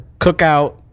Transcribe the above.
cookout